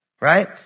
right